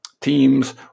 teams